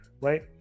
right